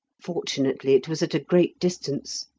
fortunately it was at a great distance.